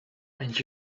and